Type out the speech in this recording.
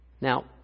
Now